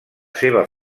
seva